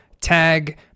Tag